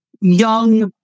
young